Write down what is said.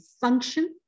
function